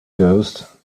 ghost